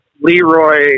Leroy